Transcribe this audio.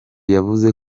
yavuze